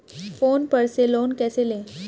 Phone पर से loan कैसे लें?